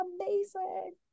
amazing